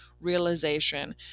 realization